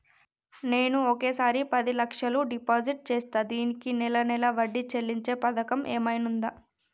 నేను ఒకేసారి పది లక్షలు డిపాజిట్ చేస్తా దీనికి నెల నెల వడ్డీ చెల్లించే పథకం ఏమైనుందా?